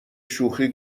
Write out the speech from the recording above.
شوخی